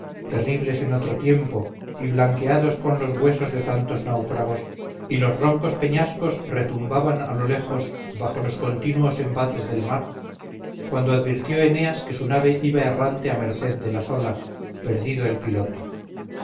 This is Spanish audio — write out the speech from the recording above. terribles en otro tiempo y blanqueados con los huesos de tantos náufragos y los roncos peñascos retumbaban a lo lejos bajo los continuos embates del mar cuando advirtió eneas que su nave iba errante a merced de las olas perdido el piloto